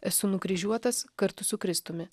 esu nukryžiuotas kartu su kristumi